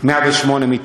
108 מיטות.